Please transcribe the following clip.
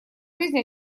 жизнь